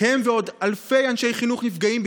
חוץ ממשכורות מורים והתחייבויות קשיחות,